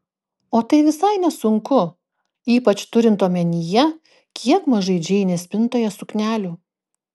o tai visai nesunku ypač turint omenyje kiek mažai džeinės spintoje suknelių